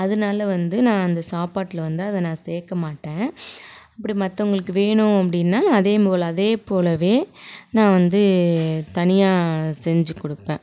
அதனால் வந்து நான் அந்த சாப்பாட்டில் வந்து அதை நான் சேர்க்க மாட்டேன் அப்படி மற்றவங்களுக்கு வேணும் அப்படின்னா அதேபோல அதே போலவே நான் வந்து தனியாக செஞ்சு கொடுப்பேன்